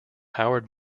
howard